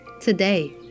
today